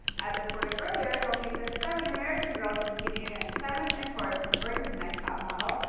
as reported earlier, they'll feature seven american girls competing against seven imports from britain's next top model,